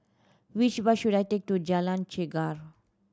which bus should I take to Jalan Chegar